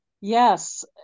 Yes